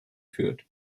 führt